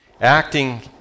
acting